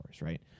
right